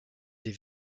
des